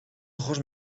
ojos